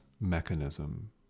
mechanism